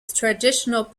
traditional